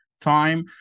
time